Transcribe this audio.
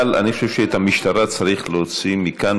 אבל אני חושב שאת המשטרה צריך להוציא מכאן.